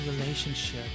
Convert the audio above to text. relationship